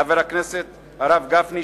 חבר הכנסת הרב גפני,